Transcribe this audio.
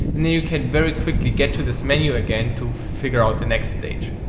and then you can very quickly get to this menu again to figure out the next stage.